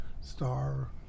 star